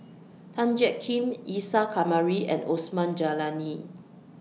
Tan Jiak Kim Isa Kamari and Osman Zailani